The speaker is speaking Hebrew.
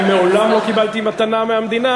אני מעולם לא קיבלתי מתנה מהמדינה,